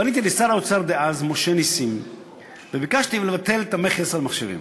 פניתי לשר האוצר דאז משה נסים וביקשתי לבטל את המכס על מחשבים.